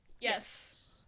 Yes